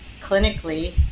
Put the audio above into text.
clinically